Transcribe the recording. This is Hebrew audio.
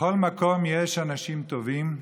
בכל מקום יש אנשים טובים,